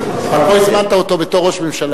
אבל פה הזמנת אותו בתור ראש ממשלה.